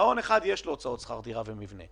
למעון אחר לא היו הוצאות שכר דירה ומבנה.